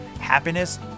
happiness